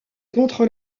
contre